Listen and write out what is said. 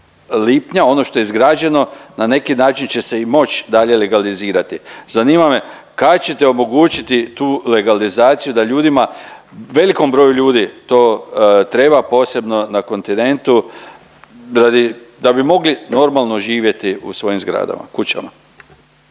ono što je izgrađeno na neki način će se i moć dalje legalizirati. Zanima me kad ćete omogućiti tu legalizaciju da ljudima velikom broju ljudi to treba, posebno na kontinentu radi, da bi mogli normalno živjeti u svojim zgradama, kućama.